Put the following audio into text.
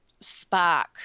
spark